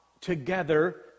together